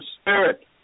spirit